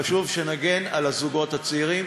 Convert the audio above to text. חשוב שנגן על הזוגות הצעירים,